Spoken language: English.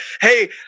hey